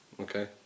Okay